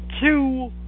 two